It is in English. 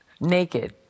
naked